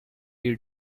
you